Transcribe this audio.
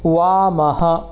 वामः